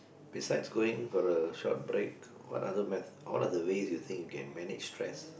is that's going gonna short break what other meth~ what are the ways you think you can manage stress